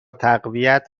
تقویت